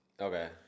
Okay